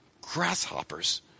Grasshoppers